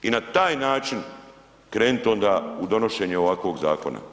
I na taj način krenit onda u donošenje ovakvog zakona.